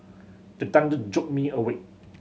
the thunder jolt me awake